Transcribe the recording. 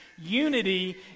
unity